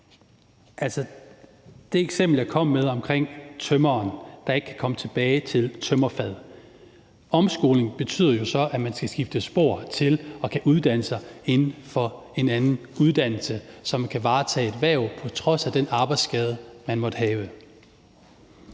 det eksempel, jeg kom med, om tømreren, der ikke kan komme tilbage til tømrerfaget, betyder omskoling jo så, at man skal skifte spor og kan uddanne sig inden for en anden uddannelse, så man kan varetage et hverv på trods af den arbejdsskade, man måtte have.